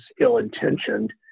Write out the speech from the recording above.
ill-intentioned